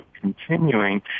continuing